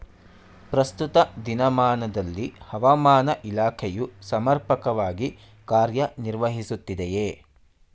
ಪ್ರಸ್ತುತ ದಿನಮಾನದಲ್ಲಿ ಹವಾಮಾನ ಇಲಾಖೆಯು ಸಮರ್ಪಕವಾಗಿ ಕಾರ್ಯ ನಿರ್ವಹಿಸುತ್ತಿದೆಯೇ?